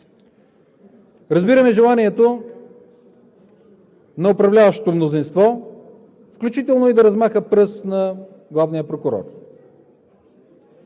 Разбирам желанието на управляващото мнозинство, включително и да размаха пръст на главния прокурор.